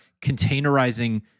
containerizing